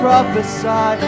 prophesy